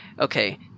okay